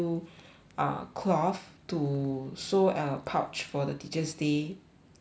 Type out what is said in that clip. uh cloth to sew a pouch for the teachers' day gift